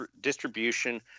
distribution